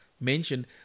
mentioned